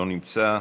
לא נמצא,